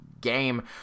game